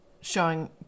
showing